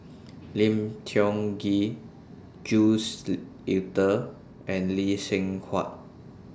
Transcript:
Lim Tiong Ghee Jules Itier and Lee Seng Huat